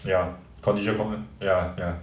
ya contingent command~ ya ya